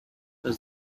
does